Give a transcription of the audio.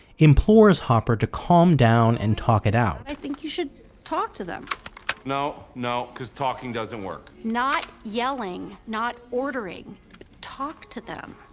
implores hopper to calm down and talk it out. i think you should talk to them no, no because talking doesn't work not yelling, not ordering talk to them